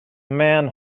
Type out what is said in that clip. man